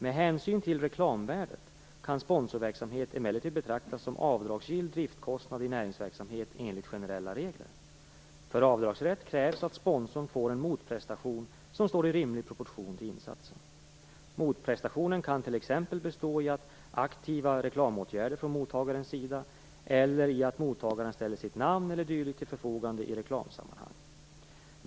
Med hänsyn till reklamvärdet kan sponsorverksamhet emellertid betraktas som avdragsgill driftskostnad i näringsverksamhet enligt generella regler. För avdragsrätt krävs att sponsorn får en motprestation som står i rimlig proportion till insatsen. Motprestationen kan t.ex. bestå i aktiva reklamåtgärder från mottagarens sida eller i att mottagaren ställer sitt namn e.d. till förfogande i reklamsammanhang.